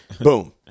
Boom